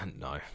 No